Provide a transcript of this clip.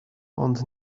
ond